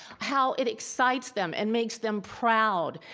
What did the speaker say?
how it excites them and makes them proud,